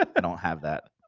i don't have that,